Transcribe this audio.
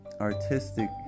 artistic